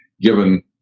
given